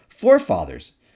forefathers